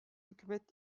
hükümet